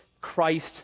Christ